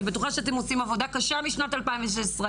אני בטוחה שאתם עושים עבודה קשה משנת 2016,